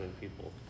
people